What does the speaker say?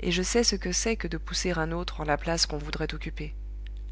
et je sais ce que c'est que de pousser un autre en la place qu'on voudrait occuper